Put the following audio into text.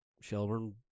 Shelburne